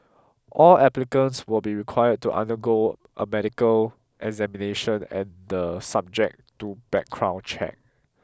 all applicants will be required to undergo a medical examination and the subject to background check